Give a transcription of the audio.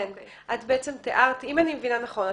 אם אני מבינה נכון,